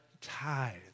tithes